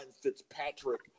Fitzpatrick